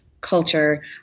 culture